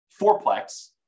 fourplex